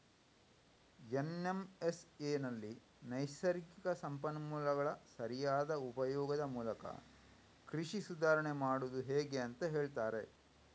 ಎನ್.ಎಂ.ಎಸ್.ಎನಲ್ಲಿ ನೈಸರ್ಗಿಕ ಸಂಪನ್ಮೂಲಗಳ ಸರಿಯಾದ ಉಪಯೋಗದ ಮೂಲಕ ಕೃಷಿ ಸುಧಾರಾಣೆ ಮಾಡುದು ಹೇಗೆ ಅಂತ ಹೇಳ್ತಾರೆ